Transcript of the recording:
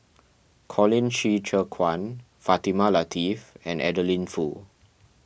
Colin Qi Zhe Quan Fatimah Lateef and Adeline Foo